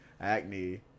acne